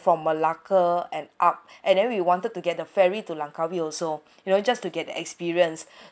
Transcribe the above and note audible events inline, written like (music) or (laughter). from malacca and up (breath) and then we wanted to get the ferry to langkawi also you will just to get the experience (breath)